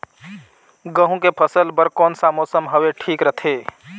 गहूं के फसल बर कौन सा मौसम हवे ठीक रथे?